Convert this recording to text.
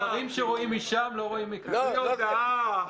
בלי הודעה?